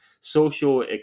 social